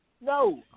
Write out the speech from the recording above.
No